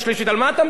ערוץ-10,